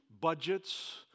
budgets